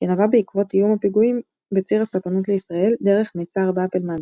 שנבעה בעקבות איום הפיגועים בציר הספנות לישראל דרך מצר באב אל-מנדב.